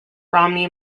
romney